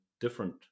different